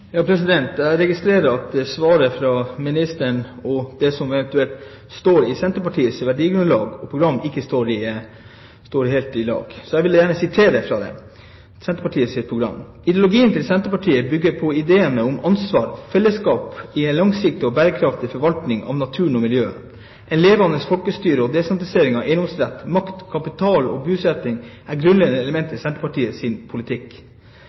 Jeg registrerer at svaret fra ministeren og det som står i «Senterpartiet sitt verdigrunnlag», ikke er helt i samsvar. Jeg vil gjerne sitere fra Senterpartiets program: «Ideologien til Senterpartiet byggjer på ideane om ansvar, fellesskap og ei langsiktig og berekraftig forvalting av naturen og miljøet. Eit levande folkestyre og desentralisering av eigedomsrett, makt, kapital og busetjing er grunnleggjande element i Senterpartiet sin politikk.